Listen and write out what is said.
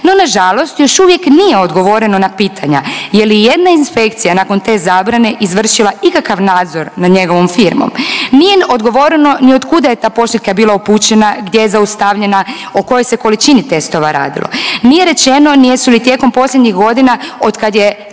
No, nažalost još uvijek nije odgovoreno na pitanja je li ijedna inspekcija nakon te zabrane izvršila ikakav nadzor nad njegovom firmom. Nije odgovoreno ni otkuda je ta pošiljka bila upućena gdje je zaustavljena o kojoj se količini testova radilo. Nije rečeno ni jesu li tijekom posljednjih godina od kad je